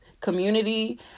community